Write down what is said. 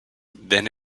then